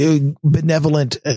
benevolent